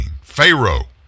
Pharaoh